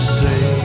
say